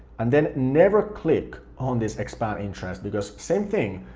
and then never click on this expand interests because same thing,